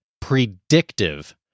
predictive